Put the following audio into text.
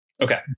okay